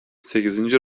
sekizinci